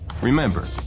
Remember